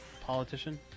Politician